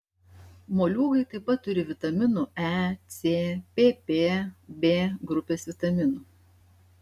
moliūgai taip pat turi vitaminų e c pp b grupės vitaminų